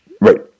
Right